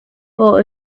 for